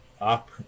up